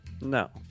No